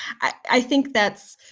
i think that's,